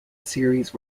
series